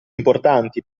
importanti